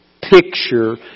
picture